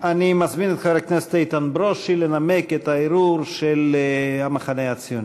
אני מזמין את חבר הכנסת איתן ברושי לנמק את הערעור של המחנה הציוני.